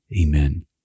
Amen